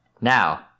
Now